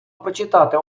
прочитати